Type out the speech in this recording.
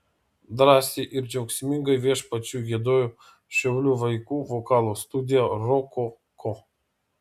drąsiai ir džiaugsmingai viešpačiui giedojo šiaulių vaikų vokalo studija rokoko